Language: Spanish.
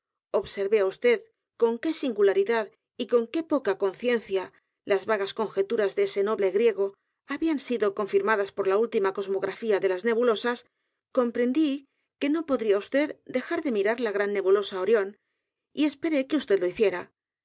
observé á vd con qué singularidad y con qué poca conciencia las vagas conjeturas de ese noble g r i e g o habían sido confirmadas por la última cosmografía de las nebulosas comprendí que no podría vd dejar de m i r a r la gran nebulosa orion y esperé que vd lo hiciera